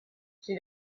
she